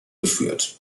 geführt